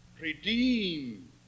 redeem